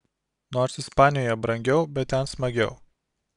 nors ispanijoje brangiau bet ten smagiau